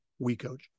WeCoach